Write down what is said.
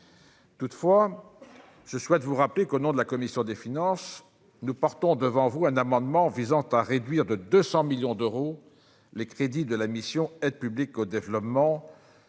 Toutefois, je souhaite vous rappeler qu'au nom de la commission des finances nous porterons un amendement visant à réduire de 200 millions d'euros crédits de la mission « Aide publique au développement